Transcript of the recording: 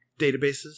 databases